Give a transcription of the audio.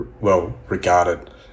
well-regarded